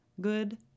good